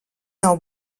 nav